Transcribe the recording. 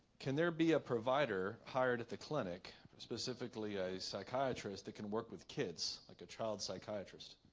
can there be a provider hired at the clinic specifically a psychiatrist that can work with kids like a child psychiatrist